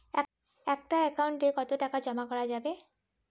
একটা একাউন্ট এ কতো টাকা জমা করা যাবে?